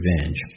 revenge